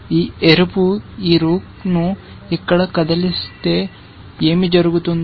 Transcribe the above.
ఈ ఎరుపు ఈ రూక్ను ఇక్కడ కదిలిస్తే ఏమి జరుగుతుంది